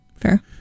fair